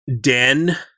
den